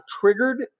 triggered